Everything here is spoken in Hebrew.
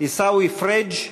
עיסאווי פריג'?